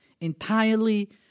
entirely